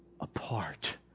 Apart